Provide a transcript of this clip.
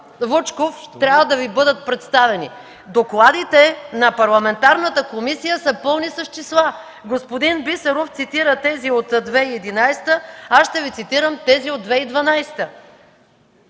Вучков, трябва да Ви бъдат представени? Докладите на парламентарната комисия са пълни с числа. Господин Бисеров цитира тези от 2011 г., а аз ще Ви цитирам тези от 2012